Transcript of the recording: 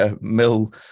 mill